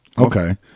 Okay